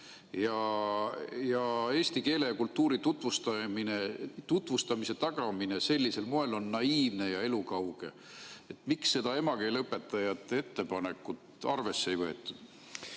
Eesti keele ja kultuuri tutvustamise tagamine sel moel on naiivne ja elukauge." Miks seda emakeeleõpetajate ettepanekut arvesse ei võetud?